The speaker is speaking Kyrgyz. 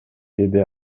деди